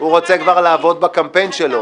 -- הוא רוצה כבר לעבוד בקמפיין שלו,